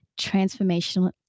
transformational